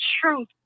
truth